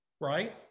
right